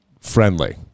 friendly